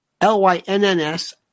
L-Y-N-N-S